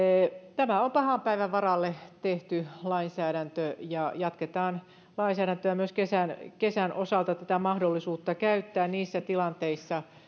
tämä on pahan päivän varalle tehty lainsäädäntö ja jatketaan lainsäädäntöä myös kesän kesän osalta tätä mahdollisuutta käyttää niissä tilanteissa